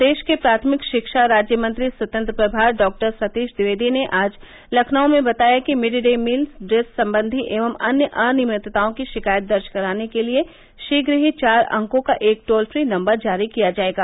प्रदेश के प्राथमिक शिक्षा राज्य मंत्री स्वतंत्र प्रभार डॉक्टर सतीश द्विवेदी ने आज लखनऊ में बताया कि मिड डे मील ड्रेस सम्बन्धी एवं अन्य अनियमितताओं की शिकायत दर्ज कराने के लिये शीघ्र ही चार अंकों का एक टोल फ्री नम्बर जारी किया जायेगा